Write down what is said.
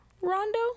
rondo